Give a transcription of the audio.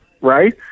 Right